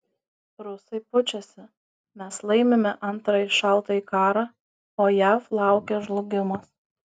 rusai pučiasi mes laimime antrąjį šaltąjį karą o jav laukia žlugimas